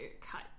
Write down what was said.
cut